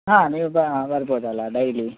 ಹಾಂ ನೀವು ಬರ್ಬೋದಲ್ಲ ಡೈಲಿ